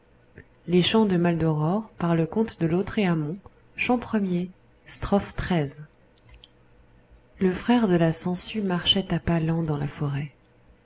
humains le frère de la sangsue marchait à pas lents dans la forêt